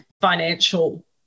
financial